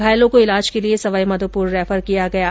घायलों को इलाज के लिये सवाईमाधोपुर रैफर किया गया है